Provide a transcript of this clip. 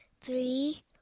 three